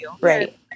Right